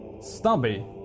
Stubby